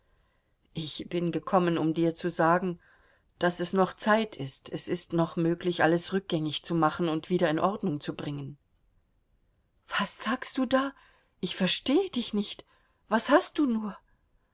ich bin gekommen um dir zu sagen daß es noch zeit ist es ist noch möglich alles rückgängig zu machen und wieder in ordnung zu bringen was sagst du da ich verstehe dich nicht was hast du nur